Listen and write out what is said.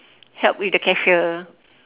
help with the cashier